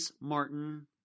Martin